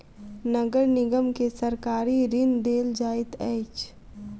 नगर निगम के सरकारी ऋण देल जाइत अछि